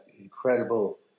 incredible